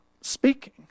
speaking